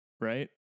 right